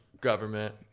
government